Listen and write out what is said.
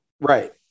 Right